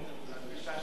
את משעשעת.